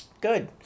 Good